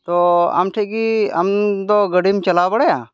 ᱛᱚ ᱟᱢ ᱴᱷᱮᱡ ᱜᱤ ᱟᱢᱫᱚ ᱜᱟᱹᱰᱤᱢ ᱪᱟᱞᱟᱣ ᱵᱟᱲᱟᱜᱼᱟ